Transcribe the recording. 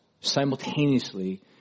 Simultaneously